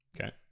Okay